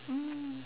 mm